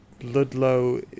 Ludlow